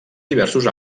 diversos